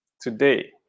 today